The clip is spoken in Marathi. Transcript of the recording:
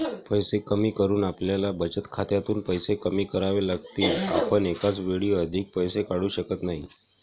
पैसे कमी करून आपल्याला बचत खात्यातून पैसे कमी करावे लागतील, आपण एकाच वेळी अधिक पैसे काढू शकत नाही